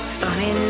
funny